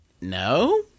No